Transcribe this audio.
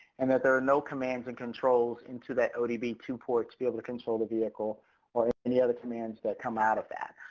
and that there are no commands and controls into that o d b two port to be able to control the vehicle or any other commands that come out of that.